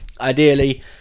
Ideally